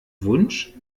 wunsch